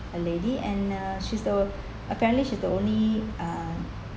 a lady and um she's the apparently she's the only um